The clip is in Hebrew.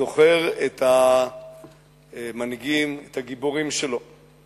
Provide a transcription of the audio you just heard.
זוכר את המנהיגים, את הגיבורים שלו.